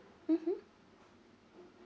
mmhmm